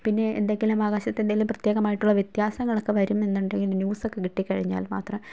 പിന്നെ എന്തെങ്കിലും ആകാശത്തിൻ്റേതിൽ പ്രത്യേകമായിട്ടുള്ള വ്യത്യാസങ്ങളൊക്കെ വരുന്നു എന്നുണ്ടെങ്കിൽ ന്യൂസൊക്കെ കിട്ടി കഴിഞ്ഞാല് മാത്രമേ